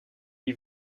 lui